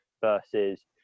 versus